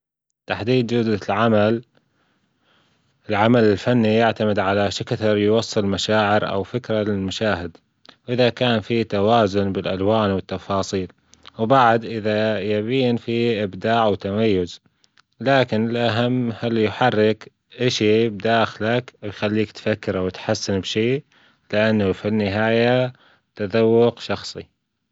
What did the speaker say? تحديد جودة العمل، العمل الفني يعتمد على شكد يوصل مشاعر أو فكرة للمشاهد، إذا كان في توازن بالألوان والتفاصيل، وبعد إذا يبين فيه إبداع وتميز، لكن الأهم هل يحرك اشي بداخلك يخليك تفكر أو تحس بشي لأنه في النهاية تذوق شخصي.